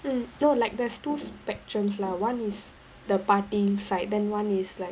mm no like there's two spectrums lah one is the partying side then one is like